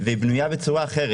והיא בנויה בצורה אחרת.